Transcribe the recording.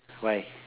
why